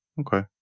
Okay